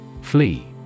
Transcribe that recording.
Flee